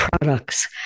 products